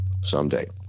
someday